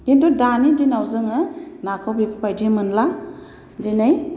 खिन्थु दानि दिनाव जोङो नाखौ बेफोरबायदि मोनला दिनै